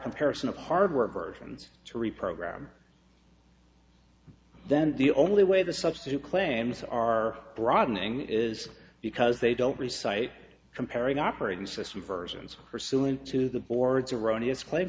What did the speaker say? comparison of hardware versions to reprogram then the only way the substitute claims are broadening is because they don't recite comparing operating system versions pursuant to the board's erroneous claim